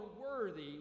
worthy